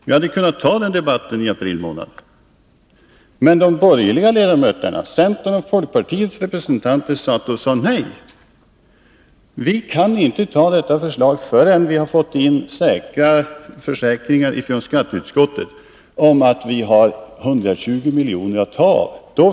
Vi hade kunnat fatta beslut i april månad, men de borgerliga ledamöterna — centerns och folkpartiets representanter — sade: Nej, vi kan inte anta detta förslag, förrän vi har fått försäkringar från skatteutskottet om att vi har 120 milj.kr. att ta av.